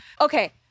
Okay